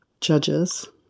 judges